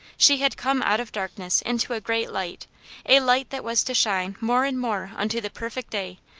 she had come out of darkness into a great light a light that was to shine more and more unto the per fect day,